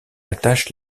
attache